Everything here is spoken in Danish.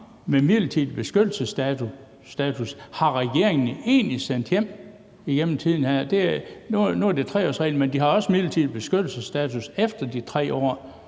med midlertidig beskyttelsesstatus regeringen egentlig har sendt hjem igennem tiden. Nu er det 3-årsreglen. Men de har også midlertidig beskyttelsesstatus efter de 3 år